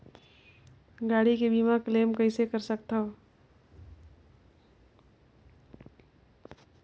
गाड़ी के बीमा क्लेम कइसे कर सकथव?